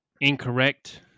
incorrect